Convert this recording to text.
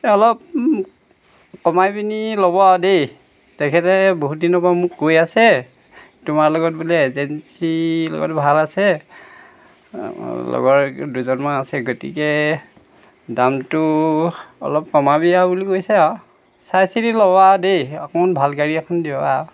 এই অলপ কমাই পিনে ল'বা দেই তেখেতে বহুতদিনৰ পৰা মোক কৈ আছে তোমাৰ লগত বোলে এজেঞ্চি লগতো ভাল আছে লগৰ দুজনমান আছে গতিকে দামটো অলপ কমাবি আৰু বুলি কৈছে আৰু চাই চিতি ল'বা দেই অকমাণ ভাল গাড়ী এখন দিবা